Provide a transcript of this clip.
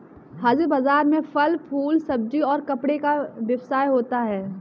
हाजिर बाजार में फल फूल सब्जी और कपड़े का व्यवसाय होता है